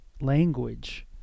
Language